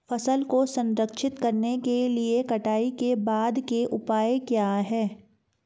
फसल को संरक्षित करने के लिए कटाई के बाद के उपाय क्या हैं?